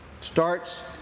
starts